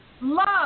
Love